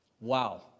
Wow